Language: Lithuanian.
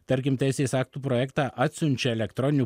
tarkim teisės aktų projektą atsiunčia elektroniniu